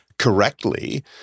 correctly